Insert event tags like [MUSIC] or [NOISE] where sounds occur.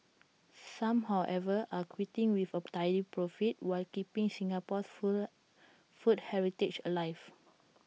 some however are quitting with A tidy profit while keeping Singapore's [UNINTELLIGIBLE] food heritage alive